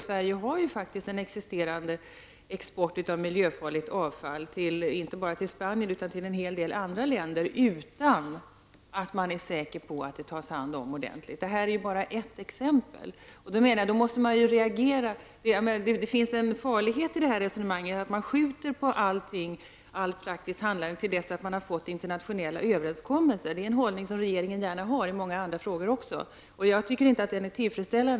Sverige har faktiskt en existerande export av miljöfarligt avfall, inte bara till Spanien utan också till en hel del andra länder, utan att man är säker på att det tas om hand ordentligt. Detta är bara ett exempel. Jag menar att man måste reagera. Det finns en fara i att man skjuter upp allt praktiskt handlande till dess att man har fått internationella överenskommelser. Det är en hållning som regeringen har också i många andra frågor. Jag tycker inte att den är tillfredsställande.